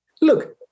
Look